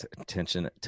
attention